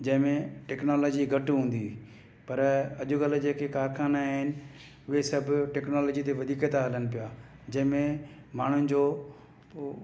जंहिंमें टेक्नोलॉजी घटि हूंदी हुई पर अॼकल्ह जेके कारखाना आहिनि उहे सभु टेक्नोलॉजी ते वधीक था हलनि पिया जंहिंमें माण्हुनि जो